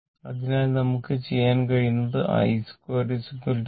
അതിനാൽ നമുക്ക് ചെയ്യാൻ കഴിയുന്നത് I2 i12 i22